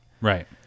right